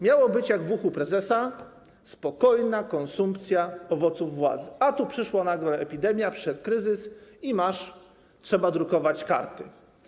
Miało być jak w „Uchu prezesa”: spokojna konsumpcja owoców władzy, a nagle przyszła epidemia, przyszedł kryzys i trzeba drukować karty.